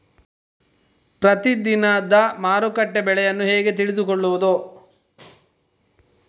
ಪ್ರತಿದಿನದ ಮಾರುಕಟ್ಟೆ ಬೆಲೆಯನ್ನು ಹೇಗೆ ತಿಳಿದುಕೊಳ್ಳುವುದು?